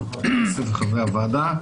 חברי הכנסת וחברי הוועדה.